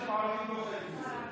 העסקים הערביים לא חלק מזה.